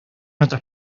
otras